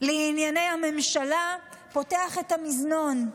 לענייני הממשלה פותח את המזנון.